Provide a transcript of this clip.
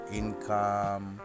income